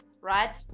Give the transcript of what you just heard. right